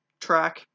track